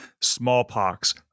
Smallpox